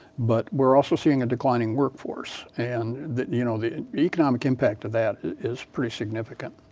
but we are also seeing a declining work force. and the you know the economic impact of that is pretty significant.